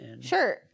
sure